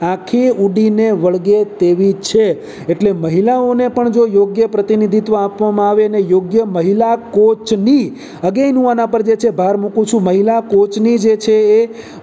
આંખે ઊડીને વળગે તેવી છે એટલે મહિલાઓને પણ જો યોગ્ય પ્રતિનિધિત્ત્વ આપવામાં આવે અને યોગ્ય મહિલા કોચની અગેન હું આના પર જે છે હું ભાર મૂકું છું મહિલા કોચની જે છે એ